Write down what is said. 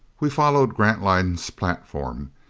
we followed grantline's platform.